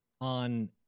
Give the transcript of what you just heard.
on